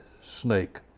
snake